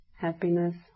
happiness